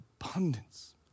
abundance